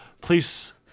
Please